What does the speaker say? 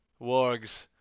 wargs